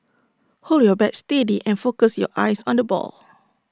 hold your bat steady and focus your eyes on the ball